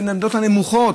בין המדינות הנמוכות.